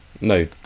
No